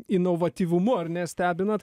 inovatyvumu ar ne stebina